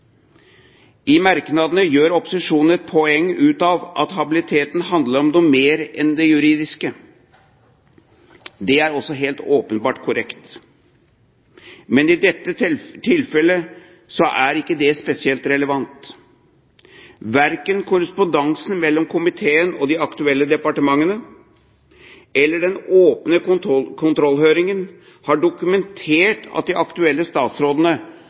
I merknadene gjør opposisjonen et poeng av at habiliteten handler om noe mer enn det juridiske. Det er også helt åpenbart korrekt, men i dette tilfellet er ikke det spesielt relevant. Verken korrespondansen mellom komiteen og de aktuelle departementene eller den åpne kontrollhøringen har dokumentert at de aktuelle statsrådene